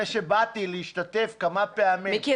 זה שבאתי להשתתף כמה פעמים --- מיקי,